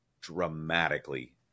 dramatically